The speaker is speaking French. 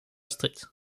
street